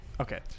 Okay